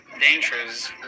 dangerous